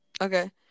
Okay